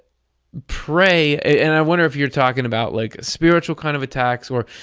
pray, and i wonder if you're talking about, like spiritual kind of attacks or.